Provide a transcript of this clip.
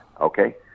Okay